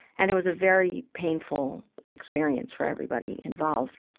and it was a very painful experience for everybody involved.